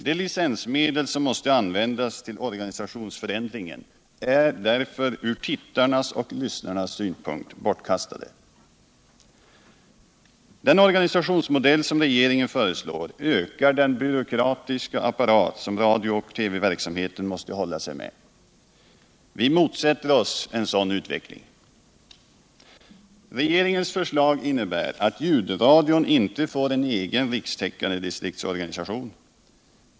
De licensmedel som måste användas till organisationsförändringen är därför ur tittarnas och lyssnarnas synpunkt bortkastade. Den organisationsmodell som regeringen föreslår ökar den byråkratiska apparat som radiooch TV-verksamheten måste hålla sig med. Vi motsätter oss en sådan utveckling. Regeringens förslag innebär att ljudradion inte får en egen rikstäckande distriktsorganisation.